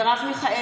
בעד מרב מיכאלי,